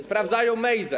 Sprawdzają Mejzę.